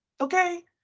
okay